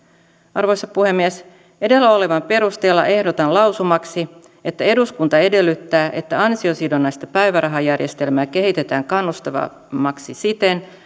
arvoisa puhemies edellä olevan perusteella ehdotan lausumaksi että eduskunta edellyttää että ansiosidonnaista päivärahajärjestelmää kehitetään kannustavammaksi siten